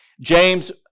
James